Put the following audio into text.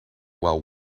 while